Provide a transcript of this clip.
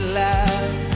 love